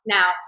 Now